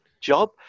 job